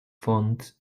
fonts